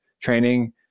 training